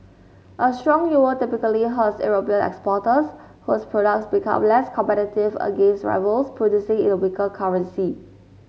a strong euro typically hurts European exporters whose products become less competitive against rivals producing in a weaker currency